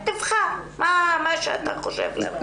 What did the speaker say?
תבחר מה שאתה חושב לנכון.